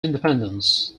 independence